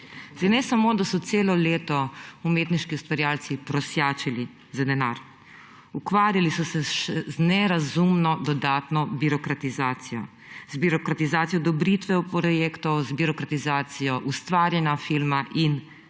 Zdaj, ne samo, da so celo leto umetniški ustvarjalci prosjačili za denar, ukvarjali so se še z nerazumno dodatno birokratizacijo; z birokratizacijo odobritve projektov, z birokratizacijo ustvarjanja filma in